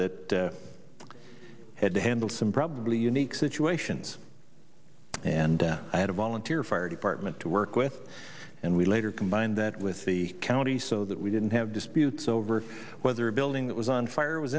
that had to handle some probably unique situations and i had a volunteer fire department to work with and we later combined that with the county so that we didn't have disputes over whether a building that was on fire was